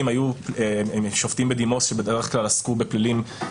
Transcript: הם שופטים בדימוס שבדרך כלל עסקו בפלילים.